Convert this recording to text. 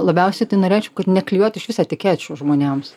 labiausiai tai norėčiau kad neklijuot išvis etikečių žmonėms